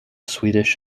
swedish